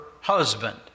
husband